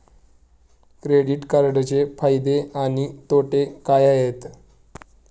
Credit कार्डचे फायदे आणि तोटे काय आहेत?